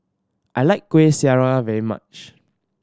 I like Kueh Syara very much